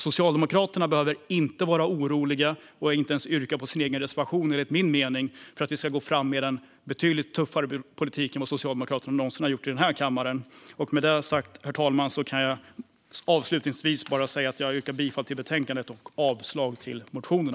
Socialdemokraterna behöver alltså inte vara oroliga och behöver enligt min mening inte ens yrka bifall till sin egen reservation för att vi ska gå fram med en betydligt tuffare politik än vad Socialdemokraterna någonsin gjort i den här kammaren. Herr talman! Med det sagt vill jag avslutningsvis yrka bifall till förslaget i betänkandet och avslag på motionerna.